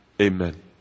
Amen